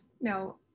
No